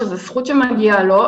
שזה זכות שמגיעה לו,